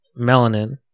melanin